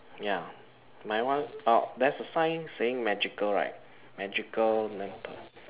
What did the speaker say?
ya mine one ah there's a sign saying magical right magical lamp